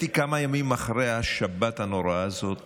כמה ימים אחרי השבת הנוראה הזאת